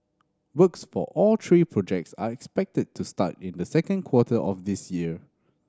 works for all three projects are expected to start in the second quarter of this year